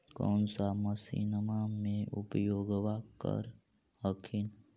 कौन सा मसिन्मा मे उपयोग्बा कर हखिन?